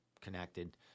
connected